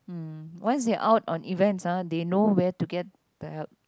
mm once they out on events ah they know where to get the help